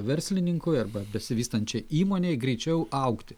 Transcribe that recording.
verslininkui arba besivystančiai įmonei greičiau augti